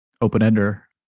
open-ender